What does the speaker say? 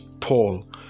Paul